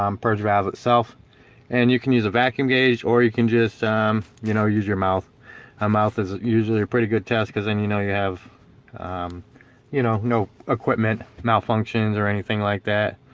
um purge valve itself and you can use a vacuum gauge or you can just you know use your mouth my um mouth is usually a pretty good test because then you know you have you know no equipment malfunctions or anything like that